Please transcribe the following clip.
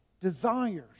desires